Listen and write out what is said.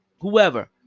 whoever